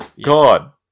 God